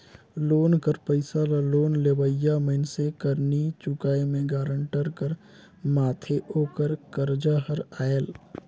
loan कर पइसा ल लोन लेवइया मइनसे कर नी चुकाए में गारंटर कर माथे ओकर करजा हर आएल